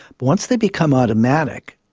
once they become automatic,